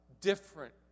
different